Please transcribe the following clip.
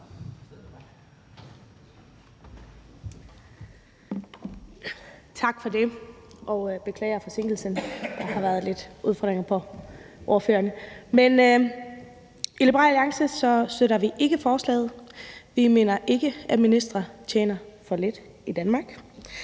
Tak for det. Og jeg beklager forsinkelsen; der har været lidt udfordringer for ordførerne. I Liberal Alliance støtter vi ikke forslaget. Vi mener ikke, at ministre i Danmark